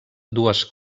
dues